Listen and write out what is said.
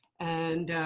and